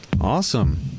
Awesome